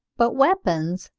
but weapons,